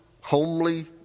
homely